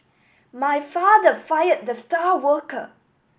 my father fire the star worker